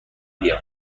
بیا